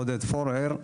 עודד פורר,